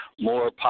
more